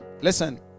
listen